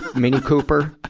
mini cooper?